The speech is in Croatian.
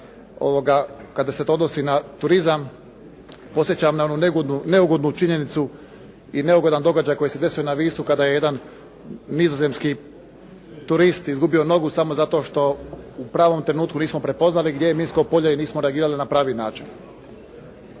kada se to odnosi na turizam. Podsjećam na onu neugodnu činjenicu i događaj koji se desio na Visu kada je jedan Nizozemski turist izgubio nogu samo zato što u pravom trenutku nismo prepoznali gdje je minsko polje i nismo reagirali na pravi način.